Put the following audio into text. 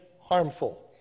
harmful